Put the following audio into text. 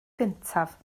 gyntaf